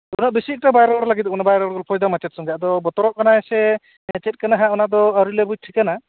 ᱩᱱᱟᱹᱜ ᱵᱮᱥᱤ ᱮᱠᱴᱟ ᱵᱟᱭ ᱨᱚᱲ ᱞᱟᱹᱜᱤᱫᱚᱜ ᱠᱟᱱᱟ ᱵᱟᱭ ᱨᱚᱲ ᱜᱚᱞᱯᱚᱭᱮᱫᱟ ᱢᱟᱪᱮᱫ ᱥᱚᱝᱜᱮ ᱟᱫᱚ ᱵᱚᱛᱚᱨᱚᱜ ᱠᱟᱱᱟᱭ ᱥᱮ ᱪᱮᱫ ᱠᱟᱱᱟᱜ ᱦᱟᱜ ᱚᱱᱟ ᱫᱚ ᱟᱹᱣᱨᱤ ᱞᱮ ᱵᱩᱡᱽ ᱴᱷᱤᱠᱟᱹᱱᱟ